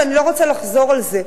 ואני לא רוצה לחזור על זה.